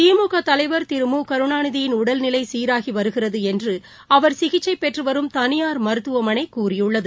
திமுகதலைவர் திரு மு கருணாநிதியின் உடல்நிலைசீராகிவருகிறதுஎன்றுஅவர் சிகிச்சைப் பெற்றுவரும் தனியார் மருத்துவமனைகூறியுள்ளது